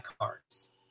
cards